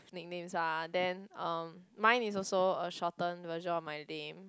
nicknames ah then uh mine is also a shortened version of my name